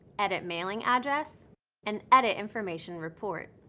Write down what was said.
edit mailing address and edit information report.